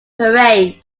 parade